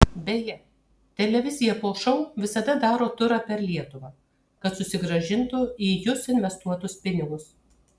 beje televizija po šou visada daro turą per lietuvą kad susigrąžintų į jus investuotus pinigus